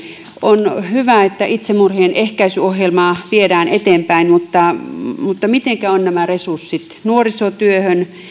on hyvä että itsemurhien ehkäisyohjelmaa viedään eteenpäin mutta mutta mitenkä ovat nämä resurssit nuorisotyöhön